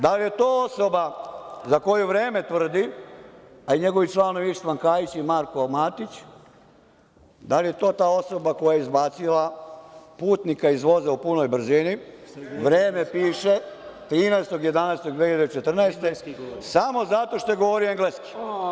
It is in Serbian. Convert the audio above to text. Da li je to osoba za koju „Vreme“ tvrdi, a i njegovi članovi Ištvan Kajić i Marko Matić, da li je to ta osoba koja je izbacila putnika iz voza u punoj brzini, „Vreme“ piše 13.11.2014. godine, samo zato što je govorio engleski?